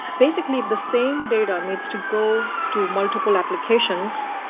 basically, the same data needs to go to multiple applications,